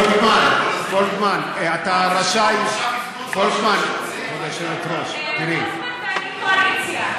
פולקמן, פולקמן, אתה רשאי, פולקמן ואני קואליציה.